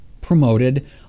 promoted